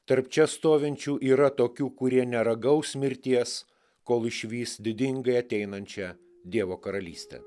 tarp čia stovinčių yra tokių kurie neragaus mirties kol išvys didingai ateinančią dievo karalystę